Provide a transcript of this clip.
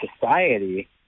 society